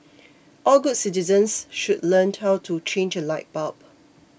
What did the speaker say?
all good citizens should learn how to change a light bulb